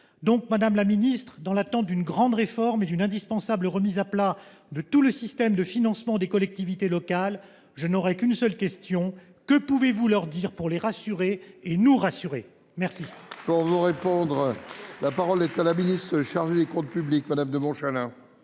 Donc Madame la Ministre, dans l'attente d'une grande réforme et d'une indispensable remise à plat de tout le système de financement des collectivités locales, je n'aurai qu'une seule question. Que pouvez-vous leur dire pour les rassurer et nous rassurer ? Merci. Pour vous répondre, la parole est à la Ministre chargée des comptes publics, publics, Madame de Montchalin.